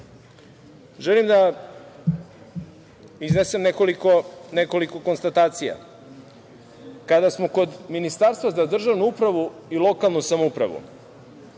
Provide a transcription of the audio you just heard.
želim da iznesem nekoliko konstatacija. Kada smo kod Ministarstva za državnu upravu i lokalnu samoupravu,